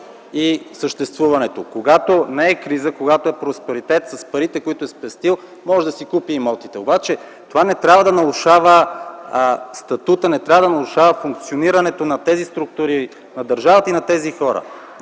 и съществуването. Когато не е криза, когато е просперитет, с парите, които е спестил може да си купи имоти, обаче това не трябва да нарушава статута, не трябва да нарушава функционирането на тези структури, на държавата и на тези хора.